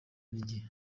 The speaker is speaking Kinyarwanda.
n’igihe